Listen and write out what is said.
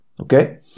Okay